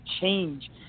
change